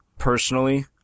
Personally